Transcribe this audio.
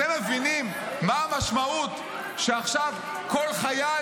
אתם מבינים מה המשמעות שעכשיו כול חייל